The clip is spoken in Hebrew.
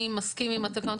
אני מסכים עם התקנות,